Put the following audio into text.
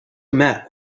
met